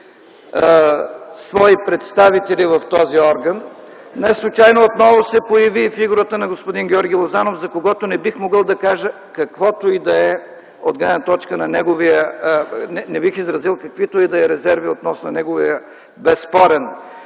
свои представители в този орган. Не случайно отново се появи и фигурата на господин Георги Лозанов, за когото не бих могъл да кажа каквото и да е от гледна точка на неговия … Не бих изразил каквито и да е резерви относно неговият безспорен